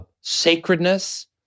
sacredness